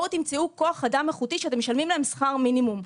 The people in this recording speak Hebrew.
בואו תמצאו כוח אדם איכותי שאתם משלמים להם שכר מינימום.